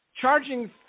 charging